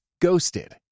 Ghosted